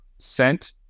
Sent